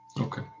Okay